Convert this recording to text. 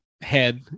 head